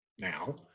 now